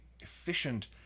efficient